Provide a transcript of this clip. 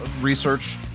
research